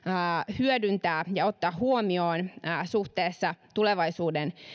hyödyntää ja ottaa huomioon suhteessa tulevaisuuden